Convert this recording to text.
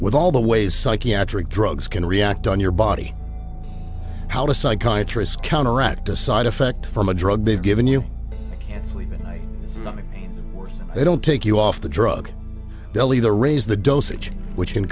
with all the ways psychiatric drugs can react on your body how to psychiatry's counteract a side effect from a drug they've given you can't sleep at night i mean they don't take you off the drug belly the raise the dosage which can